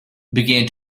began